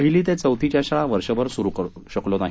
पहिली ते चौथीच्या शाळा वर्षभर सुरु करू शकलो नाही